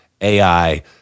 AI